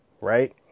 right